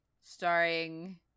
starring